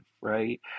right